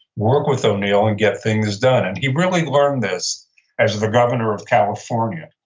work with o'neill, and get things done. and he really learned this as the governor of california.